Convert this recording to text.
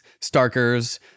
Starkers